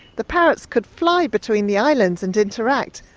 the parrots could fly between the islands and interact,